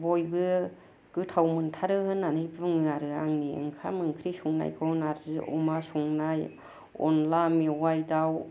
बयबो गोथाव मोनथारो होन्नानै बुङो आरो आंनि ओंखाम ओंख्रि संनायखौ नार्जि अमा संनाय अनला मेवाइ दाउ